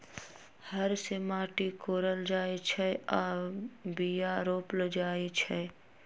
हर से माटि कोरल जाइ छै आऽ बीया रोप्ल जाइ छै